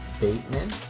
Bateman